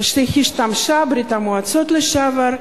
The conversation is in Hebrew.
ברית-המועצות לשעבר,